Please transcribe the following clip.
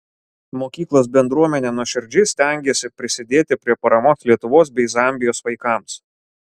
mokyklos bendruomenė nuoširdžiai stengėsi prisidėti prie paramos lietuvos bei zambijos vaikams